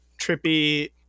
trippy